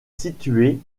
situé